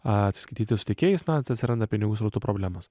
atsiskaityti su tiekėjais na tai atsiranda pinigų srautų problemos